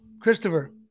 Christopher